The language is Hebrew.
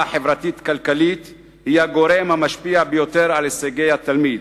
החברתית-כלכלית היא הגורם המשפיע ביותר על הישגי התלמיד.